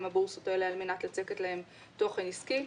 הבורסות האלה על מנת לצקת להן תוכן עסקי.